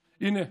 הינה,